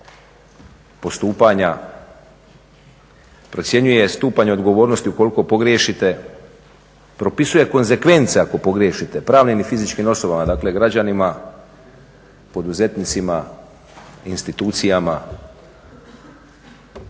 postupanja, procjenjuje stupanj odgovornosti ukoliko pogriješite, propisujete konzekvence ako pogriješite pravnim i fizičkim osobama, dakle građanima poduzetnicima, institucijama.